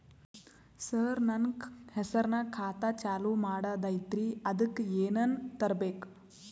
ಸರ, ನನ್ನ ಹೆಸರ್ನಾಗ ಖಾತಾ ಚಾಲು ಮಾಡದೈತ್ರೀ ಅದಕ ಏನನ ತರಬೇಕ?